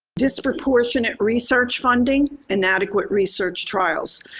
disproportionate research funding, inadequate research trials.